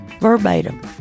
verbatim